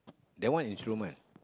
that one instrument